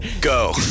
Go